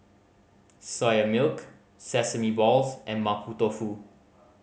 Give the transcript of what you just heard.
Soya Milk sesame balls and Mapo Tofu